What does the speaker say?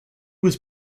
was